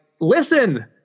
listen